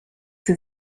sie